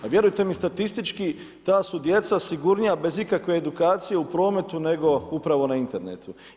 A vjerujte mi, statistički, ta su djeca sigurnija bez ikakve edukacije u prometu nego upravo na internetu.